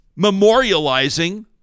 memorializing